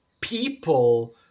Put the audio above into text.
people